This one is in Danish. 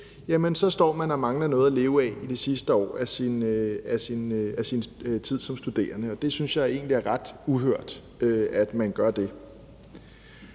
så står man og mangler noget at leve af det sidste år af sin tid som studerende, og det synes jeg egentlig er ret uhørt at man gør.